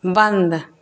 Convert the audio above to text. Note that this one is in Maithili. बंद